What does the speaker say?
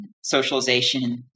socialization